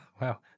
wow